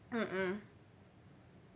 mm mm